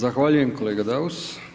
Zahvaljujem kolega Daus.